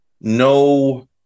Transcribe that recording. no